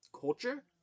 Culture